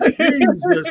Jesus